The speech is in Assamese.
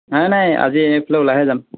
নাই নাই আজি এনেই এইফালে ওলাইহে যাম